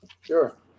Sure